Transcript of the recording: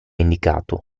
indicato